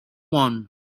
want